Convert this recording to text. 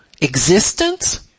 existence